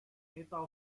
meter